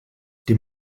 die